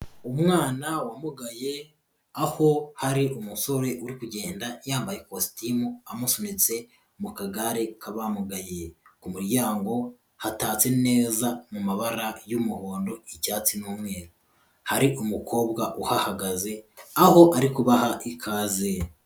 Umwana wamugaye, aho hari umusore uri kugenda, yambaye kositimu amusunitse mu kagare k'abamugaye, ku muryango hatatse neza mu mabara y'umuhondo, icyatsi n'umweru, hari umukobwa uhahagaze, aho ari kubaha ikaze.